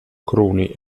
cruni